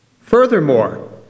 Furthermore